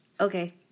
Okay